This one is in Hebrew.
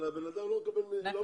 אבל הבן אדם לא מקבל החזר.